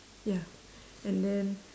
ya and then